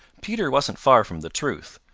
peter wasn't far from the truth.